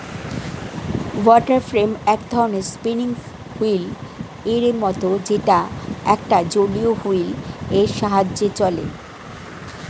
water frame এক ধরণের spinning wheel এর মতন যেটা একটা জলীয় হুইল এর সাহায্যে চলে